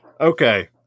okay